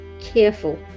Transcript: careful